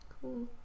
Cool